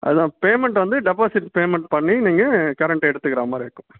அதான் பேமெண்ட் வந்து deposit payment பண்ணி நீங்கள் கரெண்ட்டு எடுத்துக்கிற மாதிரி இருக்கும்